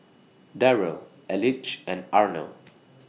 Darrell Elige and Arno